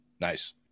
nice